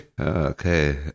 Okay